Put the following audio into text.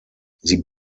sie